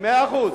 מאה אחוז.